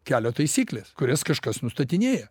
kelio taisyklės kurias kažkas nustatinėja